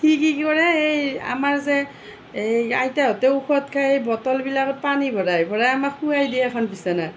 সি কি কৰে সেই আমাৰ যে এই আইতাহঁতেও ঔষধ খাই বটলবিলাকত পানী ভৰাই ভৰাই আমাক শুৱাই দিয়ে এখন বিচনাত